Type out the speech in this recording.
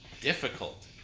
difficult